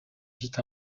vite